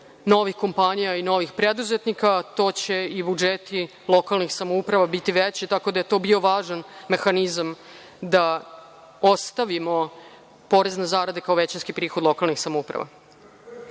novih kompanija i novih preduzetnika, to će i budžeti lokalnih samouprava biti veće, tako da je to bio važan mehanizam da ostavimo porez na zarade kao većinski prihod lokalnih samouprava. Na